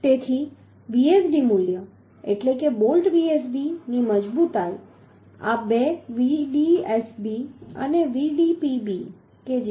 તેથી Vsd મૂલ્ય એટલે કે બોલ્ટ Vsd ની મજબૂતાઈ આ બે Vdsb અને Vdpb કે જે 45